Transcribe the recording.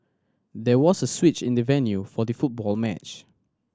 there was a switch in the venue for the football match